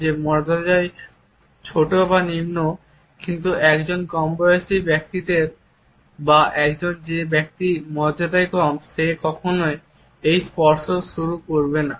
যে মর্যাদায় ছোট বা নিম্ন কিন্তু একজন কম বয়সী ব্যক্তি বা একজন যে ব্যক্তি মর্যাদা কম সে কখনই এই স্পর্শ শুরু করবে না